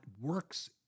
works